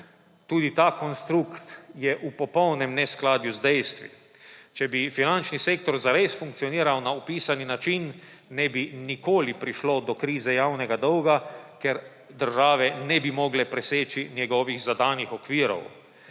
Tudi ta konstrukt je v popolnem neskladju z dejstvi. Če bi finančni sektor zares funkcioniral na opisani način, ne bi nikoli prišlo do krize javnega dolga, ker države ne bi mogle preseči njegovih zadanih okvirov.